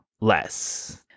less